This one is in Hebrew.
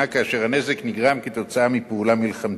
כאשר הנזק נגרם כתוצאה מ"פעולה מלחמתית".